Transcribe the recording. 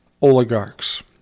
oligarchs